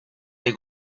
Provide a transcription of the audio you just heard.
dei